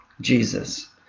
Jesus